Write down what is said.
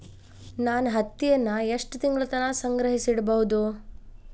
ನಾನು ಹತ್ತಿಯನ್ನ ಎಷ್ಟು ತಿಂಗಳತನ ಸಂಗ್ರಹಿಸಿಡಬಹುದು?